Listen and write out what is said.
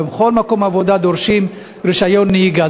ובכל מקום עבודה דורשים רישיון נהיגה.